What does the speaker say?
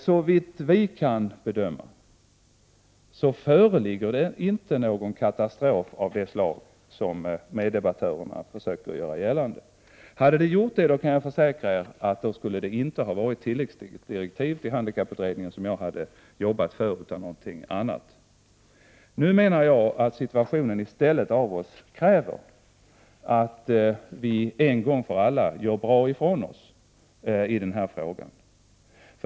Såvitt vi kan bedöma föreligger inte någon katastrof av det slag som mina meddebattörer har försökt göra gällande. Hade det gjort det, kan jag försäkra att det inte hade varit tilläggsdirektiv till handikapputredningen som jag hade jobbat för, utan då hade det varit någonting helt annat. Nu menar jag att situationen i stället kräver av oss att vi en gång för alla gör bra ifrån oss i den här frågan.